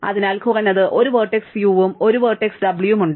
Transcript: അതിനാൽ കുറഞ്ഞത് ഒരു വെർട്ടെക്സ് u ഉം ഒരു വെർട്ടെക്സ് w ഉം ഉണ്ട്